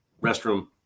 restroom